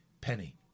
penny